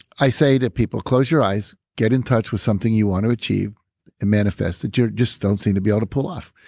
i say to people, close your eyes. get in touch with something you want to achieve and manifest that you just don't seem to be able to pull off.